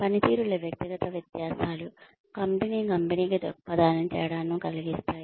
పనితీరులో వ్యక్తిగత వ్యత్యాసాలు కంపెనీ కంపెనీకి దృక్పథానికి తేడాను కలిగిస్తాయి